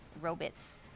robots